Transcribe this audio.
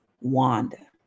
Wanda